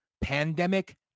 Pandemic